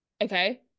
Okay